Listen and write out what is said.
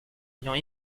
ayant